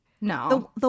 No